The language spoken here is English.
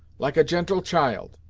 like a gentle child!